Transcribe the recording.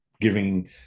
giving